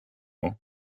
system